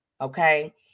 okay